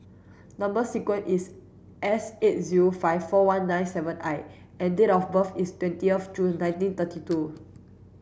number sequence is S eight zero five four one nine seven I and date of birth is twenty of June nineteen thirty two